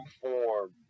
form